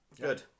Good